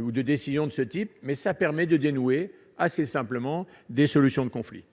ou de décisions de ce type, mais ça permet de dénouer assez simplement des solutions de conflit.